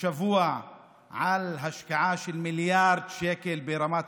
השבוע על השקעה של מיליארד שקל ברמת